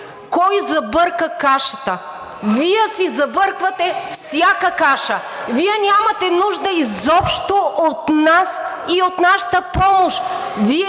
Кой забърка кашата? Вие си забърквате всяка каша. Вие нямате нужда изобщо от нас и от нашата помощ.